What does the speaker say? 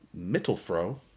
Mittelfro